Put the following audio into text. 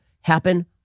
happen